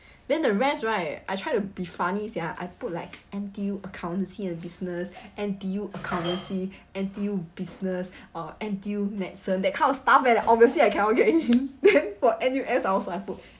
then the rest right I try to be funny sia I put like N_T_U accountancy and business N_T_U accountancy N_T_U business uh N_T_U medicine that kind of stuff when obviously I cannot get in then for N_U_S I also I put